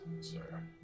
sir